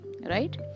right